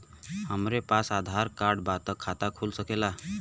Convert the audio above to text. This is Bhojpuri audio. हमरे पास बस आधार कार्ड बा त खाता खुल सकेला?